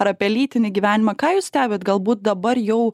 ar apie lytinį gyvenimą ką jūs stebite galbūt dabar jau